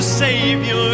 savior